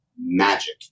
magic